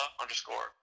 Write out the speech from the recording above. underscore